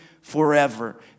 forever